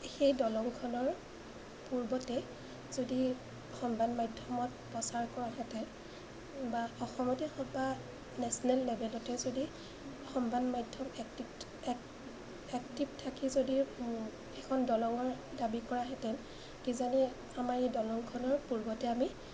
সেই দলংখনৰ পূৰ্বতে যদি সংবাদ মাধ্যমত প্ৰচাৰ কৰাহেঁতেন বা অসমতেই হওক বা নেশ্যনেল লেভেলতে যদি সংবাদ মাধ্যম এক্টিভ এক্টিভ থাকি যদি এখন দলঙৰ দাবী কৰাহেঁতেন কিজানি আমাৰ এই দলংখনৰ পূৰ্বতে আমি